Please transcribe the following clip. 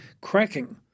cracking